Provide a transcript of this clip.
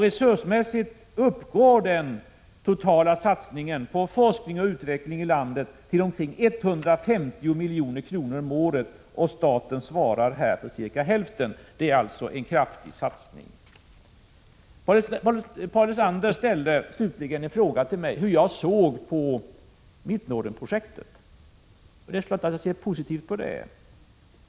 Resursmässigt uppgår den totala satsningen på forskning och utveckling i landet till omkring 150 milj.kr. om året. Staten svarar för cirka hälften. Det är alltså fråga om en kraftig satsning. Paul Lestander ställde slutligen en fråga till mig om hur jag såg på Mittnordenprojektet. Det är klart att jag ser positivt på detta.